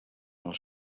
els